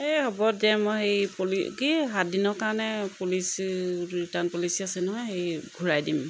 এই হ'ব এতিয়া মই সেই পলি কি সাতদিনৰ কাৰণে পলিচি ৰিটাৰ্ণ পলিচি আছে নহয় হেৰি ঘূৰাই দিম